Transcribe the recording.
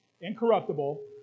incorruptible